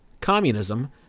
communism